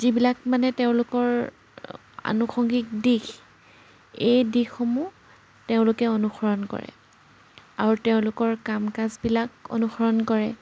যিবিলাক মানে তেওঁলোকৰ আনুসংগিক দিশ এই দিশসমূহ তেওঁলোকে অনুসৰণ কৰে আৰু তেওঁলোকৰ কাম কাজবিলাক অনুসৰণ কৰে